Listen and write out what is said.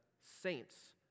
saints